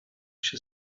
się